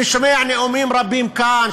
אני שומע נאומים רבים כאן,